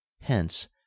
Hence